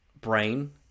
brain